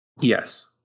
Yes